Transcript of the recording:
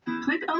Click